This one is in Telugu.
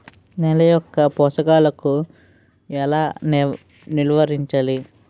నెల యెక్క పోషకాలను ఎలా నిల్వర్తించాలి